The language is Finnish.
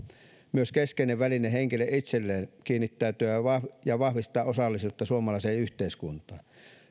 myös keskeinen väline henkilölle itselleen kiinnittäytyä ja vahvistaa osallisuutta suomalaiseen yhteiskuntaan